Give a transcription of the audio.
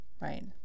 right